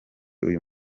uyu